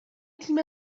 تیم